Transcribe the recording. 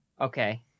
Okay